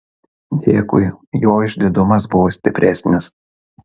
dėkui jo išdidumas buvo stipresnis